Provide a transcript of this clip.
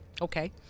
okay